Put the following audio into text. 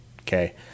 okay